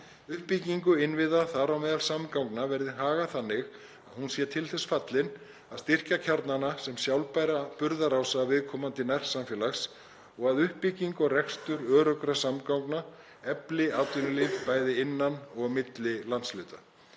Uppbyggingu innviða, þar á meðal samgangna, verði hagað þannig að hún sé til þess fallin að styrkja kjarnana sem sjálfbæra burðarása viðkomandi nærsamfélags og að uppbygging og rekstur öruggra samgangna efli atvinnulíf, bæði innan og milli landshluta.